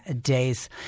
days